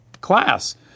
class